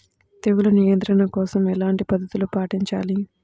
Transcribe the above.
తెగులు నియంత్రణ కోసం ఎలాంటి పద్ధతులు పాటించాలి?